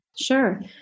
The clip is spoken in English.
Sure